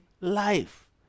life